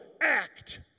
act